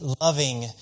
loving